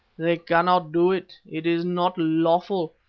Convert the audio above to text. they cannot do it. it is not lawful.